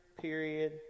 period